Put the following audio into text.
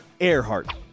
Earhart